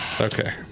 Okay